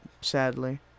sadly